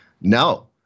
No